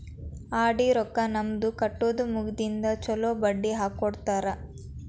RD ರೊಕ್ಕಾ ನಮ್ದ ಕಟ್ಟುದ ಮುಗದಿಂದ ಚೊಲೋ ಬಡ್ಡಿ ಹಾಕ್ಕೊಡ್ತಾರ